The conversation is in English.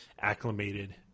acclimated